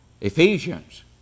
Ephesians